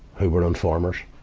who were informers.